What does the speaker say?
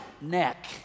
neck